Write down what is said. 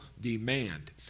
demand